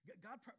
God